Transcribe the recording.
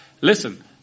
Listen